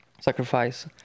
sacrifice